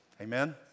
Amen